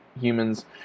humans